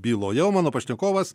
byloje o mano pašnekovas